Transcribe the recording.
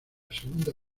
segunda